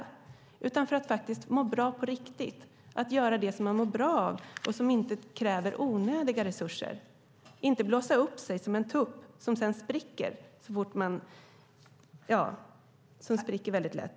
Det handlar om att må bra på riktigt och göra det man mår bra av och som inte kräver onödiga resurser. Det handlar om att inte blåsa upp sig som en tupp som sedan spricker väldigt lätt.